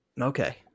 Okay